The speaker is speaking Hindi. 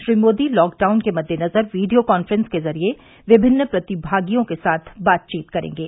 श्री मोदी लॉकडाउन के मद्देनजर वीडियो कॉन्फ्रेंस के जरिए विभिन्न प्रतिभागियों के साथ बातचीत करेंगे